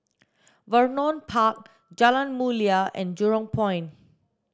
Vernon Park Jalan Mulia and Jurong Point